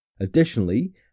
Additionally